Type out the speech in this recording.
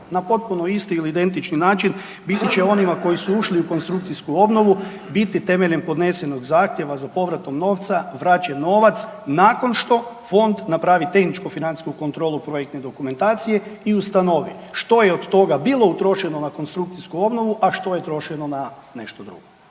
na potpuno isti ili identični način biti će onima koji su ušli u konstrukcijsku obnovu biti temeljem podnesenog zahtjeva za povratom novca vraćen novac nakon što fond napravi tehničko-financijsku kontrolu projektne dokumentacije i ustanovi što je od toga bilo utrošeno na konstrukcijsku obnovu, a što je trošeno na nešto drugo.